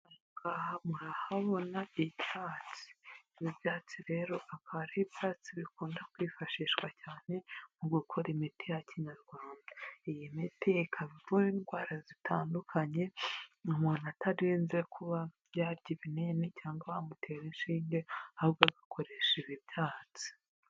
Aha murahabona ibyatsi, ibi byatsi rero, akaba ari ibyatsi bikunda kwifashishwa cyane mu gukora imiti ya kinyarwanda, iyi miti ikaba ivura indwara zitandukanye, umuntu atarinze kuba yarya ibinini cyangwa bamutera inshinge ahubwo agakoresha ibi byatsi.